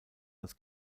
als